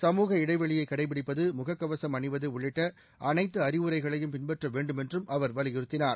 சமூக இடைவெளியை கடைபிடிப்பது முகக்கவசம் அணிவது உள்ளிட்ட அனைத்து அறிவுரைகளையும் பின்பற்ற வேண்டுமென்றும் அவர் வலியுறுத்தினார்